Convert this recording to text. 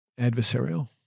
adversarial